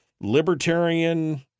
libertarian